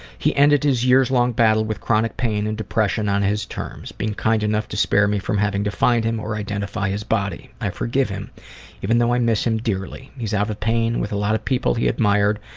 he ended his years-long battle with chronic pain and depression on his terms, being kind enough to spare me from having to find him or identify his body. i forgive him even though i miss him dearly. he is out of pain, with a lot of people he admired,